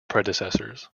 predecessors